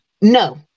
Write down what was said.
No